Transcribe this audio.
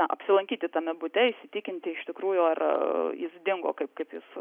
apsilankyti tame bute įsitikinti iš tikrųjų ar jis dingo kaip kaip jūs